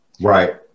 Right